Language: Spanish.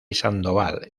sandoval